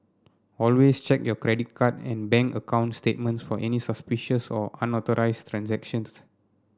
always check your credit card and bank account statements for any suspicious or unauthorised transactions